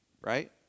right